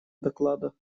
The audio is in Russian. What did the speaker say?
доклада